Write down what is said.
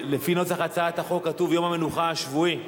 לפי נוסח הצעת החוק כתוב "יום המנוחה השבועי".